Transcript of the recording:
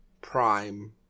Prime